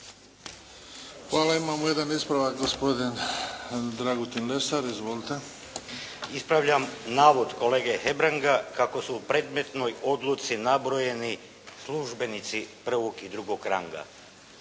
Hvala. Imamo jedan ispravak. Gospodin Dragutin Lesar. Izvolite. **Lesar, Dragutin (Nezavisni)** Ispravljam navod kolege Hebranga kako su u predmetnoj odluci nabrojeni službenici prvog i drugog ranga.